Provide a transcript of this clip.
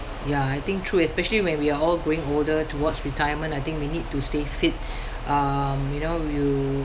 ya I think true especially when we are all growing older towards retirement I think we need to stay fit um you know you